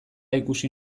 ikusi